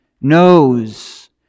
knows